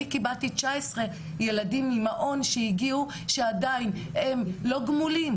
אני קיבלתי תשעה עשרה ילדים ממעון שהגיעו שעדיין הם לא גמולים,